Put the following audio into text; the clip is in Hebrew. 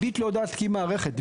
"ביט" לא יודעת להקים מערכת.